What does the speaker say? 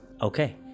Okay